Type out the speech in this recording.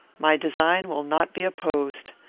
my design will not be opposed.